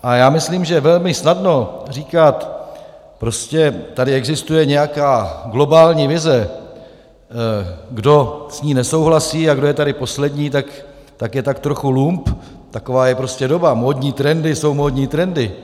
A já myslím, že je velmi snadné říkat: prostě tady existuje nějaká globální vize, kdo s ní nesouhlasí a kdo je tady poslední, tak je tak trochu lump, taková je prostě doba, módní trendy jsou módní trendy...